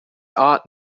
aunt